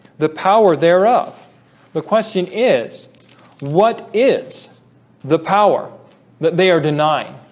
the power thereof the question is what is the power that they are denying